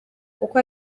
kuko